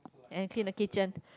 and clean the kitchen